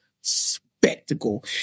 spectacle